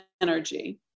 energy